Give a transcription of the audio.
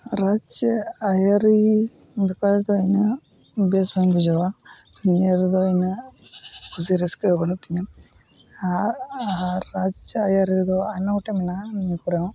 ᱨᱟᱡᱽ ᱟ ᱨᱤ ᱞᱮᱠᱟᱛᱮ ᱦᱮᱱᱟᱜ ᱵᱮᱥ ᱵᱟᱹᱧ ᱵᱩᱡᱷᱟᱹᱣᱟ ᱱᱤᱭᱟᱹ ᱨᱮᱫᱚ ᱚᱱᱮ ᱠᱩᱥᱤ ᱨᱟᱹᱥᱠᱟᱹ ᱵᱟᱹᱱᱩᱜ ᱛᱤᱧᱟ ᱟᱨ ᱨᱟᱡᱽ ᱟ ᱨᱤ ᱫᱚ ᱟᱭᱢᱟ ᱜᱚᱴᱟᱝ ᱢᱮᱱᱟᱜᱼᱟ ᱱᱤᱭᱟᱹ ᱠᱚᱨᱮ ᱦᱚᱸ